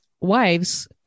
wives